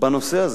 בנושא הזה.